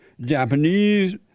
Japanese